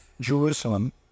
jerusalem